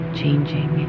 changing